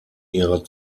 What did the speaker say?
ihrer